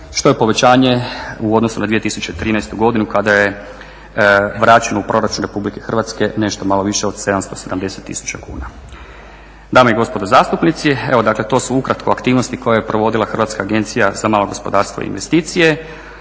što je povećanje u odnosu na 2013. godinu kada je vraćeno u proračun Republike Hrvatske nešto malo više od 770 tisuća kuna. Dame i gospodo zastupnici, evo dakle to su ukratko aktivnosti koje je provodila Hrvatska agencija za malo gospodarstvo i investicije.